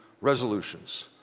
resolutions